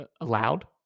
allowed